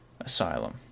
asylum